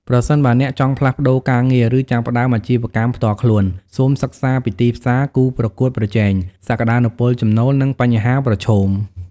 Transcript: ប្រសិនបើអ្នកចង់ផ្លាស់ប្ដូរការងារ ឬចាប់ផ្ដើមអាជីវកម្មផ្ទាល់ខ្លួន សូមសិក្សាពីទីផ្សារ គូប្រកួតប្រជែង សក្ដានុពលចំណូល និងបញ្ហាប្រឈម។